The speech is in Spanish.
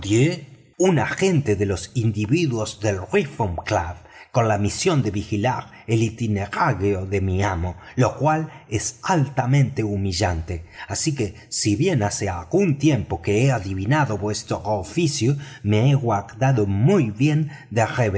un agente de los socios del reform club con la misión de vigilar el itinerario de mi amo lo cual es altamente humillante así es que si bien hace algún tiempo que he adivinado vuestro oficio me he guardado muy bien